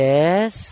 Yes